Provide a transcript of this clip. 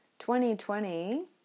2020